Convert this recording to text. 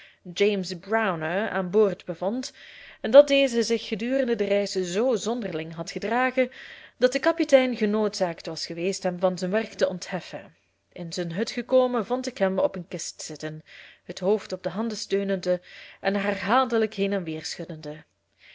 james browner aan boord bevond en dat deze zich gedurende de reis zoo zonderling had gedragen dat de kapitein genoodzaakt was geweest hem van zijn werk te ontheffen in zijn hut gekomen vond ik hem op een kist zitten het hoofd op de handen steunende en herhaaldelijk heen en weer schuddende